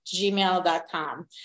gmail.com